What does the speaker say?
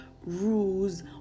rules